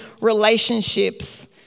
relationships